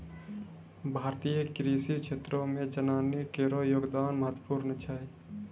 भारतीय कृषि क्षेत्रो मे जनानी केरो योगदान महत्वपूर्ण छै